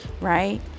right